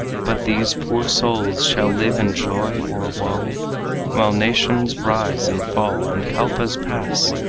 but these poor souls shall live in joy or woe while nations rise and fall and kalpas pass,